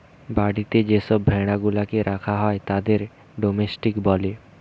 বাড়িতে যে সব ভেড়া গুলাকে রাখা হয় তাদের ডোমেস্টিক বলে